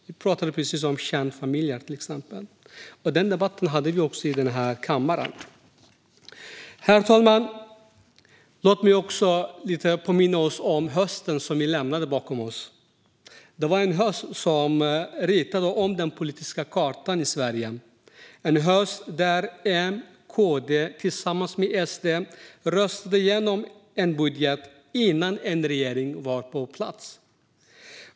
Vi pratade precis om kärnfamiljer, till exempel, och den debatten har vi också haft här i kammaren. Herr talman! Låt mig påminna om den höst som vi lämnat bakom oss. Det var en höst som ritade om den politiska kartan i Sverige, en höst där M och KD tillsammans med SD röstade genom en budget innan en regering var på plats.